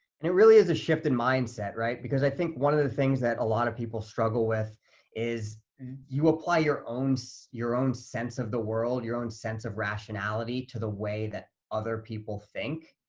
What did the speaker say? and it really is a shift in mindset, right? because i think one of the things that a lot of people struggle with is you apply your own so your own sense of the world, your own sense of rationality, to the way that other people think.